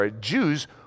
Jews